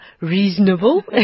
reasonable